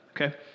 Okay